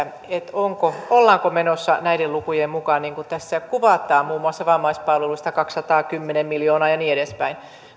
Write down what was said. ollaanko menossa näiden lukujen mukaan niin kuin tässä kuvataan muun muassa vammaispalveluista kaksisataakymmentä miljoonaa ja niin edespäin